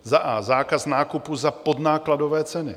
a) zákaz nákupu za podnákladové ceny,